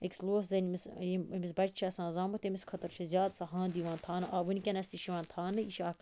أکِس لوسہٕ زَنِہ ییٚمِس ییٚمِس بَچہِ چھُ آسان زامُت تمِس خٲطرٕ چھِ زیادٕ سۄ ہَنٛد یِوان تھاونہٕ ونکیٚنَس تہِ چھِ یِوان تھاونہٕ یہِ چھ اکھ